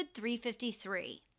353